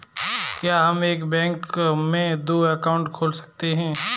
क्या हम एक बैंक में दो अकाउंट खोल सकते हैं?